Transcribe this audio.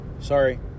Sorry